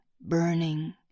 burning